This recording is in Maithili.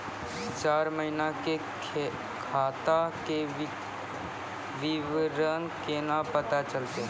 चार महिना के खाता के विवरण केना पता चलतै?